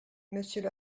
monsieur